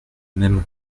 même